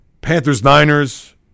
Panthers-Niners